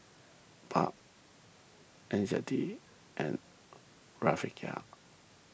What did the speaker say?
Baht N Z D and Rufiyaa